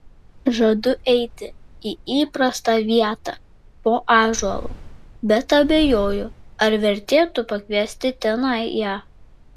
žadu eiti į įprastą vietą po ąžuolu bet abejoju ar vertėtų pakviesti tenai ją